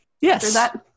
Yes